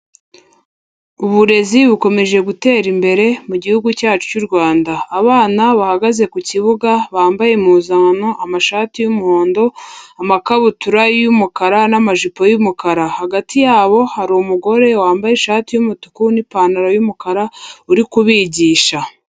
Uburezi bukomeje gutera imbere mu gihugu cyacu cy'u Rwanda, abana bahagaze ku kibuga bambaye impuzankano amashati y'umuhondo, amakabutura y'umukara n'amajipo y'umukara. Hagati yabo hari umugore wambaye ishati y'umutuku n'ipantaro y'umukara uri kubigisha.